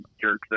jerk